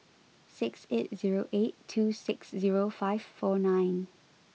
six eight zero eight two six zero five four nine